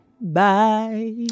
Bye